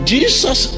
Jesus